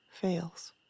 fails